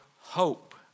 hope